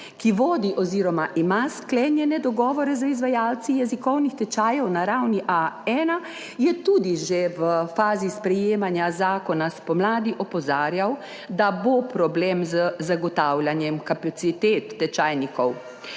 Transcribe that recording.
ki vodi oziroma ima sklenjene dogovore z izvajalci jezikovnih tečajev na ravni A1, je že v fazi sprejemanja zakona spomladi opozarjal, da bo problem z zagotavljanjem kapacitet tečajnikov.